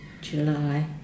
July